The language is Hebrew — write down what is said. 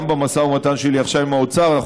גם במשא ומתן שלי עכשיו עם האוצר אנחנו